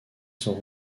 sont